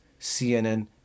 CNN